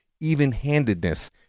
even-handedness